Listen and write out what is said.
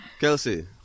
Kelsey